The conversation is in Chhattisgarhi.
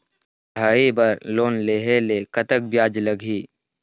पढ़ई बर लोन लेहे ले कतक ब्याज लगही?